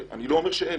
אני לא אומר שאין,